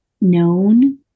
known